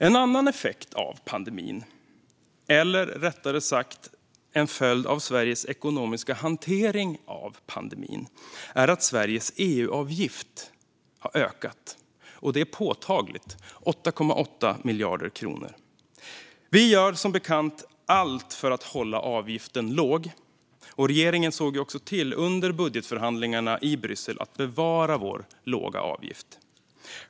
En annan effekt av pandemin - eller rättare sagt en följd av Sveriges ekonomiska hantering av pandemin - är att Sveriges EU-avgift har ökat påtagligt, med 8,8 miljarder kronor. Vi gör som bekant allt för att hålla avgiften låg, och regeringen såg ju också under budgetförhandlingarna i Bryssel till att bevara vår låga avgift.